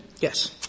Yes